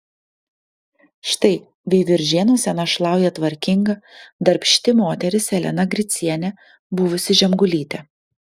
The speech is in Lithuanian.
štai veiviržėnuose našlauja tvarkinga darbšti moteris elena gricienė buvusi žemgulytė